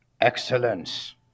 excellence